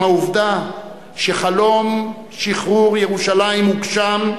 עם העובדה שחלום שחרור ירושלים הוגשם,